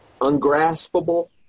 ungraspable